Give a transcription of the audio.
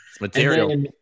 material